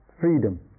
freedom